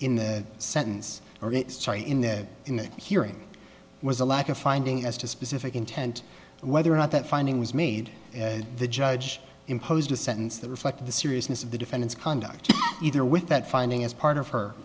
in the sentence or it's chary in that in that hearing was a lack of finding as to specific intent whether or not that finding was made as the judge imposed the sentence that reflect the seriousness of the defendant's conduct either with that finding as part of her